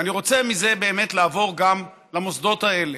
ואני רוצה מזה באמת לעבור גם למוסדות האלה.